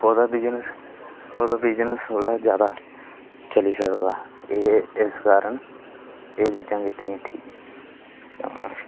ओह्दा बिजनेस ओह्दा बिजनेस थोह्ड़ा ज्यादा चली सकदा एह् इस्स कारण एह् चीजां कीती दियां ठीक न